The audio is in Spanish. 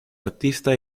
artista